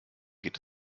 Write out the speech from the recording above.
geht